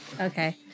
Okay